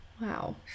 Wow